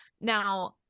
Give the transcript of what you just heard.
now